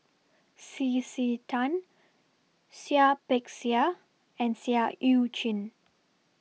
C C Tan Seah Peck Seah and Seah EU Chin